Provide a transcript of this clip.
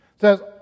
says